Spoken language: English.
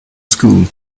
school